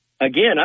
again